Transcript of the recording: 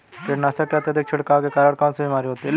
कीटनाशकों के अत्यधिक छिड़काव के कारण कौन सी बीमारी होती है?